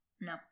No